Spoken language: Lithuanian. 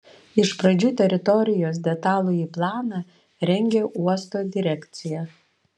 iš pradžių teritorijos detalųjį planą rengė uosto direkcija